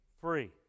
free